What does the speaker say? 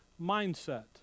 mindset